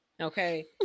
okay